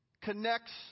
connects